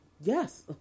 Yes